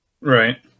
Right